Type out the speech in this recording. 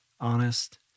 honest